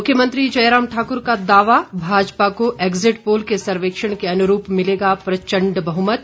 मुख्यमंत्री जयराम ठाकुर का दावा भाजपा को एग्जिट पोल के सर्वेक्षण के अनुरूप मिलेगा प्रचण्ड बहुमत